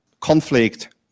conflict